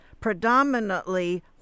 predominantly